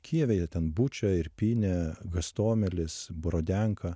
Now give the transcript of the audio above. kijeve jie ten bučia irpynė gastomėlis borodenka